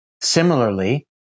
Similarly